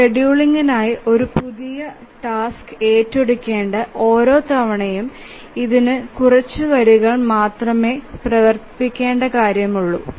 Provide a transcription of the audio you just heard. ഷെഡ്യൂളിംഗിനായി ഒരു പുതിയ ടാസ്ക് ഏറ്റെടുക്കേണ്ട ഓരോ തവണയും ഇതിന് കുറച്ച് വരികൾ മാത്രമേ പ്രവർത്തിപ്പിക്കൂ